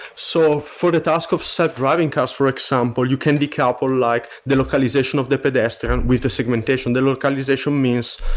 so for the task of self-driving cars for example, you can decouple like the localization of the pedestrian with the segmentation. the localization means,